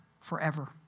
forever